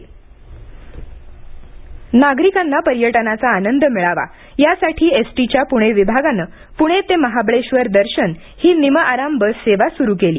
स्वारगेट बससेवा नागरिकांना पर्यटनाचा आनंद मिळावा यासाठी एसटीच्या पुणे विभागानं पुणे ते महाबळेश्वशर दर्शन ही निमआराम बस सेवा सुरू केली